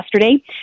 yesterday